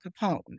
Capone